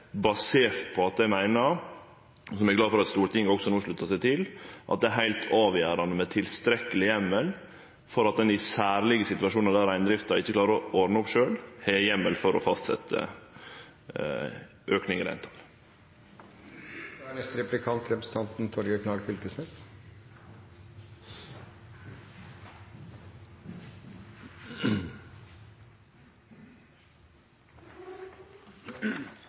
basert på at eg meiner, som eg er glad for at Stortinget også no sluttar seg til, at det er heilt avgjerande med tilstrekkeleg heimel for at ein i særlege situasjonar der reindrifta ikkje klarer å ordne opp sjølv, kan fastsetje eit øvre reintal. Det har